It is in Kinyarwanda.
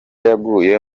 yaguye